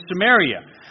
Samaria